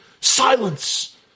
Silence